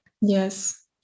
yes